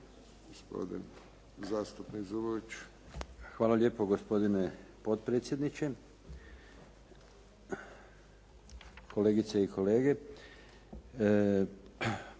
Hvala lijepo. Gospodine potpredsjedniče, kolegice i kolege. Odbor